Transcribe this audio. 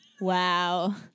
Wow